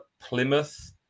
Plymouth